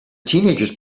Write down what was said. teenagers